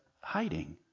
hiding